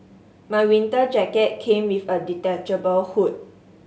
my winter jacket came with a detachable hood